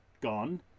gone